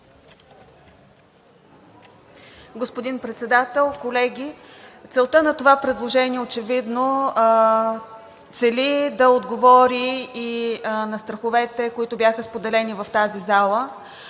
Господин Председател, колеги! Целта на това предложение очевидно цели да отговори и на страховете, които бяха споделени в тази зала,